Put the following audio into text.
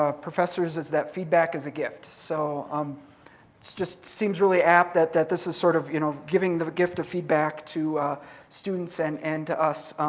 ah professors is that feedback is a gift. it so um just seems really apt that that this is sort of you know giving the gift of feedback to students and and to us.